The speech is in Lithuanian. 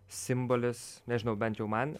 simbolis nežinau bent jau man